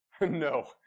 No